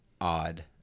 odd